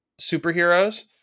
superheroes